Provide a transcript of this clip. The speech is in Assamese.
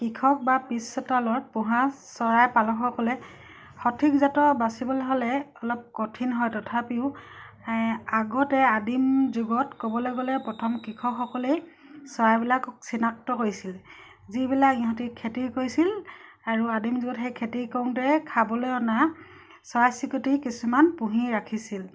কৃষক বা পিছতালত পোহা চৰাই পালসকসকলে সঠিকজাতৰ বাচিবলৈ হ'লে অলপ কঠিন হয় তথাপিও আগতে আদিম যুগত ক'বলে গ'লে প্ৰথম কৃষকসকলেই চৰাইবিলাকক চিনাক্ত কৰিছিল যিবিলাক ইহঁতি খেতি কৰিছিল আৰু আদিম যুগত সেই খেতি কৰোঁতে খাবলৈ অনা চৰাই চিৰিকটি কিছুমান পুহি ৰাখিছিল